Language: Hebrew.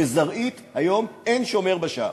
בזרעית היום אין שומר בשער.